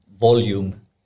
volume